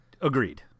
Agreed